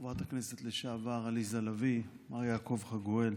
חברת הכנסת לשעבר עליזה לביא, מר יעקב חגואל,